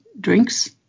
drinks